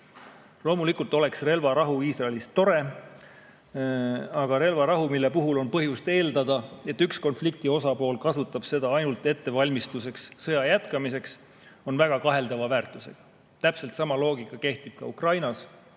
Loomulikult oleks relvarahu Iisraelis tore, aga relvarahu, mille puhul on põhjust eeldada, et üks konflikti osapool kasutab seda ainult ettevalmistuseks sõda jätkata, on väga kaheldava väärtusega. Täpselt sama loogika kehtib ka Ukrainas.